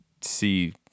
see